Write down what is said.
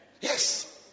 Yes